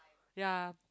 ya